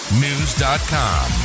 news.com